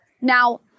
Now